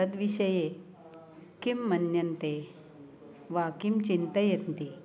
तद्विषये किं मन्यन्ते वा किं चिन्तयन्ति